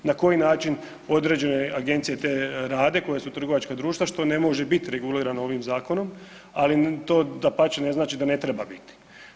Na koji način određene agencije te rade koje su trgovačka društva što ne može biti regulirano ovim zakonom ali to dapače ne znači da ne treba biti.